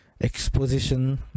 exposition